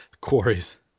Quarries